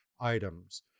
items